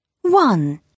One